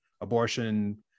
abortion